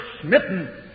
smitten